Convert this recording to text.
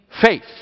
faith